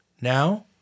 now